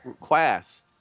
class